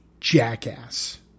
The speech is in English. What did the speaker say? Jackass